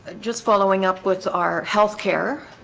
just following up with our health care